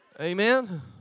Amen